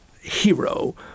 hero